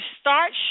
start